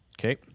Okay